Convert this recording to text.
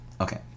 Okay